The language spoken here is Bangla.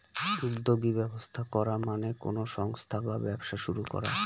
উদ্যোগী ব্যবস্থা করা মানে কোনো সংস্থা বা ব্যবসা শুরু করা